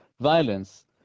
violence